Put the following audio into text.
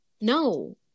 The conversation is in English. No